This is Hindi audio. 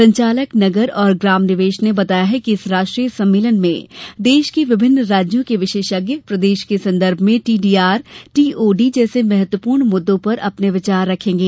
संचालक नगर और ग्राम निवेश ने बताया कि इस राष्ट्रीय सम्मेलन में देश के विभिन्न राज्यों के विशेषज्ञ प्रदेश के संदर्भ में टीडीआर टीओडी जैसे महत्वपूर्ण मुद्दों पर अपने विचार रखेंगे